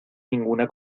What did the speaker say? ninguna